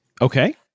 Okay